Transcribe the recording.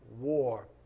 war